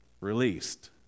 released